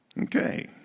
Okay